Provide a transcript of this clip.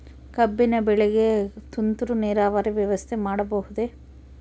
ಕಬ್ಬಿನ ಬೆಳೆಗೆ ತುಂತುರು ನೇರಾವರಿ ವ್ಯವಸ್ಥೆ ಮಾಡಬಹುದೇ?